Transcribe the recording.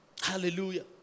Hallelujah